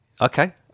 Okay